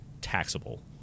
taxable